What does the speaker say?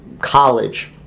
college